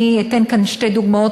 אני אתן כאן שתי דוגמאות,